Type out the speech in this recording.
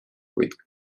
kuid